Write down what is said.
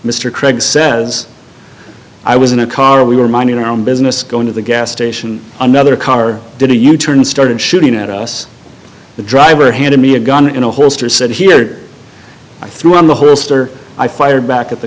mr craig says i was in a car we were minding our own business going to the gas station another car did a u turn and started shooting at us the driver handed me a gun in a holster said here i threw on the holster i fired back at the